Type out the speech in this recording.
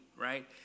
right